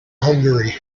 hungary